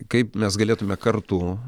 kaip mes galėtume kartu